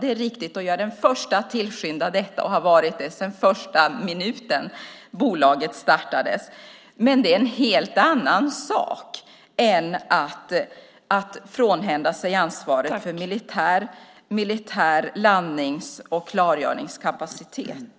Det är riktigt, och jag är den första att tillskynda detta och har varit det sedan första minuten bolaget startades. Men det är en helt annan sak än att frånhända sig ansvaret för militär landnings och klargöringskapacitet.